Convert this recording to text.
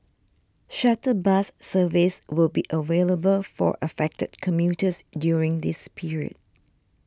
shuttle bus service will be available for affected commuters during this period